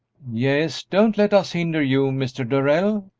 yes, don't let us hinder you, mr. darrell,